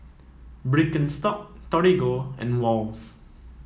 Birkenstock Torigo and Wall's